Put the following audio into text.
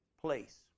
place